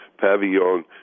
Pavillon